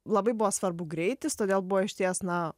labai buvo svarbu greitis todėl buvo išties na